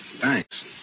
Thanks